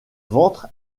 ventre